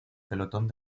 pelotón